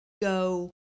Go